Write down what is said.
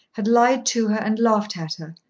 had lied to her and laughed at her,